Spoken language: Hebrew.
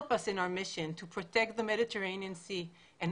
עזרו לנו במשימתנו להגן על הים התיכון ועל